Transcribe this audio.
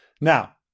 Now